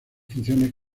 funciones